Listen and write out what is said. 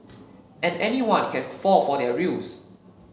and anyone can fall for their ruse